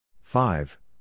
five